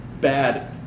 bad